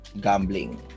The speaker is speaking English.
gambling